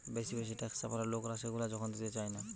বেশি বেশি ট্যাক্স চাপালে লোকরা সেগুলা যখন দিতে চায়না